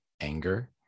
anger